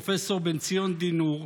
פרופ' בן-ציון דינור,